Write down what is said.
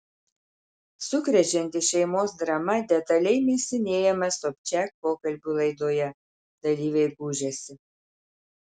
sukrečianti šeimos drama detaliai mėsinėjama sobčiak pokalbių laidoje dalyviai gūžiasi